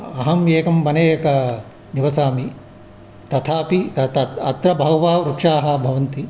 अहम् एकं वने एकः निवसामि तथापि तत् अत्र बहवः वृक्षाः भवन्ति